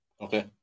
okay